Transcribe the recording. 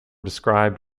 described